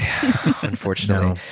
unfortunately